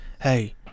hey